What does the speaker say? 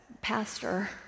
Pastor